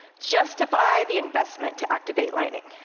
justify the investment to activate lightning,